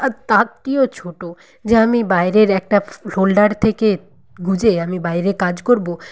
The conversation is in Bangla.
আর তারটিও ছোটো যে আমি বাইরের একটা হোল্ডার থেকে গুঁজে আমি বাইরে কাজ করবো